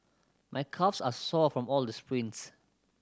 my calves are sore from all the sprints